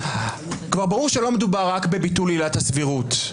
כבר ברור שלא מדובר רק בביטול עילת הסבירות.